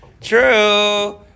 true